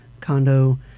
condo